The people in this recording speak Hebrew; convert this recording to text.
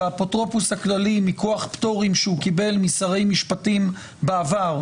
והאפוטרופוס הכללי מכוח פטורים שהוא קיבל משרי משפטים בעבר,